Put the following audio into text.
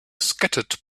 scattered